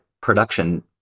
production